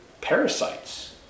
parasites